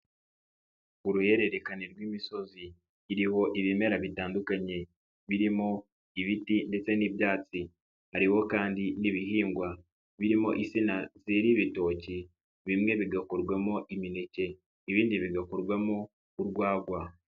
Uruhererekane rw'imisozi iriho ibimera bitandukanye birimo ibiti ndetse n'ibyatsi, hariho kandi n'ibihingwa birimo isina zera ibitoki bimwe bigakorwamo imineke ibindi bigakorwamo urwagwa.